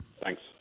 Thanks